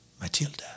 Matilda